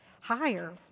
higher